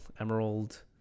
Emerald